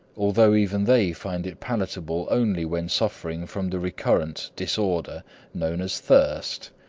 although even they find it palatable only when suffering from the recurrent disorder known as thirst,